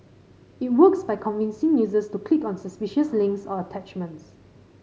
it works by convincing users to click on suspicious links or attachments